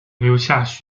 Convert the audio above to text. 留下